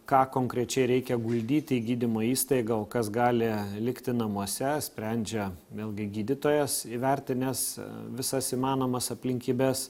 ką konkrečiai reikia guldyti į gydymo įstaigą o kas gali likti namuose sprendžia vėlgi gydytojas įvertinęs visas įmanomas aplinkybes